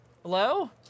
Hello